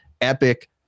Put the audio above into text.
epic